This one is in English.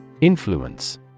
Influence